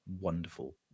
wonderful